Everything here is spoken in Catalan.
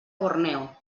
borneo